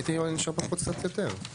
הייתי נשאר בחוץ קצת יותר.